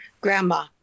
Grandma